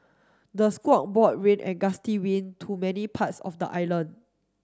the squall brought rain and gusty wind to many parts of the island